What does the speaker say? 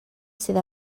sydd